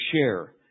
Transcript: share